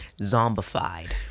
zombified